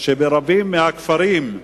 שברבים מהכפרים,